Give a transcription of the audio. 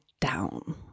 down